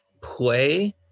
play